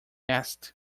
asked